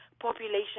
population